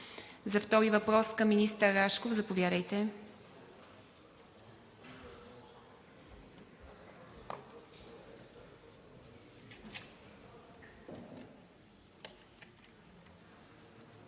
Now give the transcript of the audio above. За втори въпрос към министър Рашков – заповядайте.